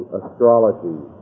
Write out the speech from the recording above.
astrology